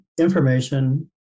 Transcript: information